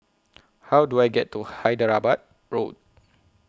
How Do I get to Hyderabad Road